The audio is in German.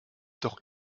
doch